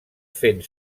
fent